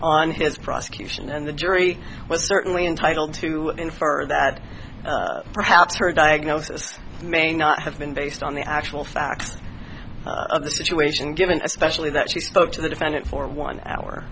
on his prosecution and the jury was certainly entitled to infer that perhaps her diagnosis may not have been based on the actual facts of the situation given especially that she spoke to the defendant for one hour